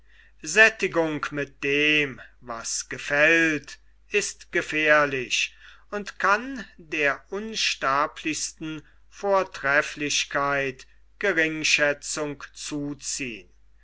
sättigung mit dem was gefällt ist gefährlich und kann der unsterblichsten vortrefflichkeit geringschätzung zuziehn